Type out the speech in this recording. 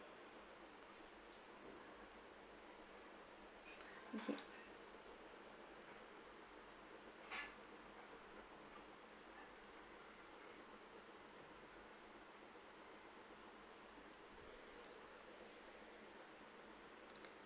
okay